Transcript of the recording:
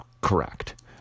correct